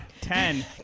Ten